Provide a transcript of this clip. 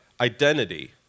identity